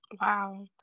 Wow